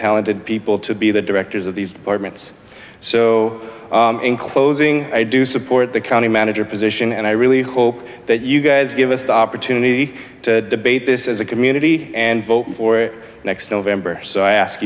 talented people to be the directors of these departments so in closing i do support the county manager position and i really hope that you guys give us the opportunity to debate this as a community and vote next november so i ask